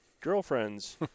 girlfriends